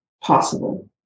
possible